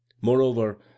moreover